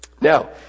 Now